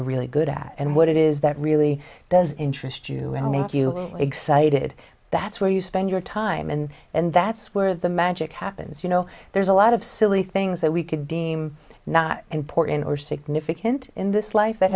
really good at and what it is that really does interest you and i think you excited that's where you spend your time and and that's where the magic happens you know there's a lot of silly things that we could deem not important or significant in this life that